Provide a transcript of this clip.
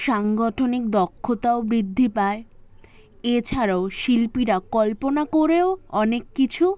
সাংগঠনিক দক্ষতাও বৃদ্ধি পায় এছাড়াও শিল্পীরা কল্পনা করেও অনেক কিছু